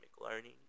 learning